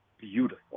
beautiful